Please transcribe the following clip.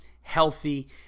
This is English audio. healthy